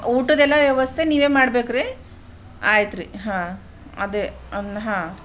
ಊಟದ್ದೆಲ್ಲಾ ವ್ಯವಸ್ಥೆ ನೀವೇ ಮಾಡ್ಬೇಕು ರೀ ಆಯ್ತು ರೀ ಹಾಂ ಅದೇ ಅಂದ್ ಹಾಂ